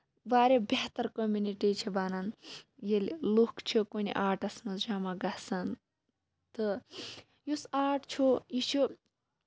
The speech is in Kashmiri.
واریاہ بہتر کٔمٔنِٹی چھےٚ بَنان ییٚلہِ لُکھ چھِ کُنہِ آٹَس منٛز جمع گژھان تہٕ یُس آٹ چھُ یہِ چھُ